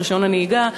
את רישיון הנהיגה,